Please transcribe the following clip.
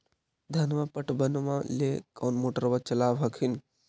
धनमा पटबनमा ले कौन मोटरबा चलाबा हखिन?